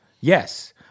Yes